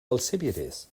alcibiades